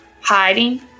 hiding